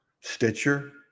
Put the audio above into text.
Stitcher